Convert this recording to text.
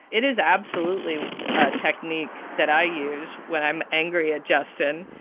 it is absolutely a technique that i use when i'm angry at justin.